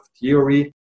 theory